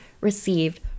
received